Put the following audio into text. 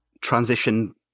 transition